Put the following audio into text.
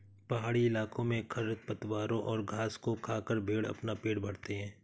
पहाड़ी इलाकों में खरपतवारों और घास को खाकर भेंड़ अपना पेट भरते हैं